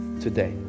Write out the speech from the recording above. today